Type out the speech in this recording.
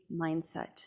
mindset